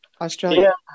australia